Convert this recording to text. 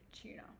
tuna